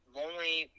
lonely